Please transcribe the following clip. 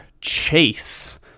Chase